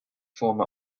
former